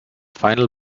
final